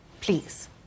please